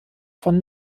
von